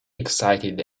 excited